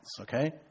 okay